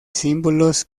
símbolos